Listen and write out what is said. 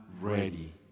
ready